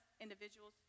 individuals